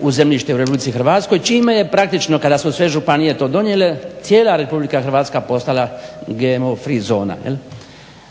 u zemljište u RH, čime je praktično kada su sve županije to donijele, cijela RH postala GMO free zona, jel.